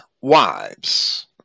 wives